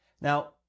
Now